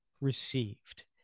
received